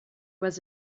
was